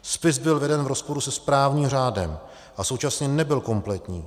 Spis byl veden v rozporu se správním řádem a současně nebyl kompletní.